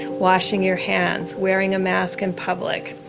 and washing your hands, wearing a mask in public.